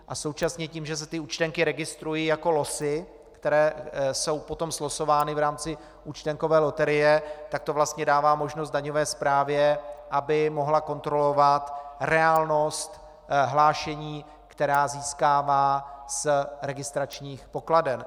A současně tím, že se účtenky registrují jako losy, které jsou potom slosovány v rámci účtenkové loterie, tak to vlastně dává možnost daňové správě, aby mohla kontrolovat reálnost hlášení, která získává z registračních pokladen.